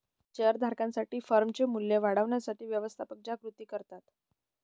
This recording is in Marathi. शेअर धारकांसाठी फर्मचे मूल्य वाढवण्यासाठी व्यवस्थापक ज्या कृती करतात